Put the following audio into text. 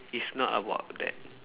it's not about that